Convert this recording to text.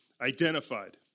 identified